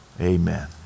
Amen